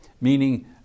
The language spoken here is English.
meaning